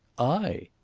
i?